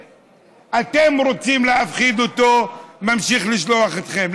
הציבור, שאתם רוצים להפחיד אותו, ממשיך לשלוח אתכם.